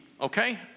okay